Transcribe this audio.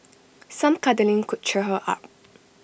some cuddling could cheer her up